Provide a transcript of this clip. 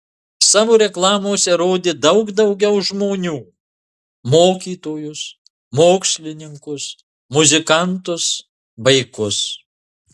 savo reklamose rodė daug daugiau žmonių mokytojus mokslininkus muzikantus vaikus